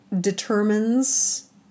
determines